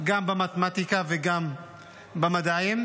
גם במתמטיקה וגם במדעים.